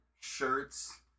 shirts